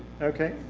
okay.